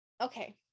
Okay